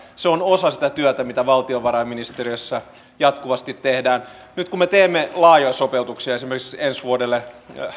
se on osa sitä työtä mitä valtiovarainministeriössä jatkuvasti tehdään nyt kun me teemme laajoja sopeutuksia esimerkiksi ensi vuodelle